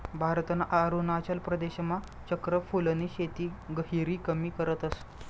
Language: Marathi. भारतना अरुणाचल प्रदेशमा चक्र फूलनी शेती गहिरी कमी करतस